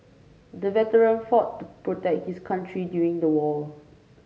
the veteran fought to protect his country during the war